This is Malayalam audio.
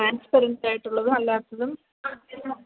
ട്രാൻസ്പറൻറ് ആയിട്ടുള്ളതും അല്ലാത്തതും